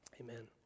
Amen